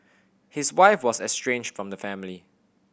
his wife was estranged from the family